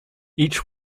each